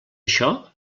això